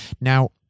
Now